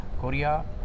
Korea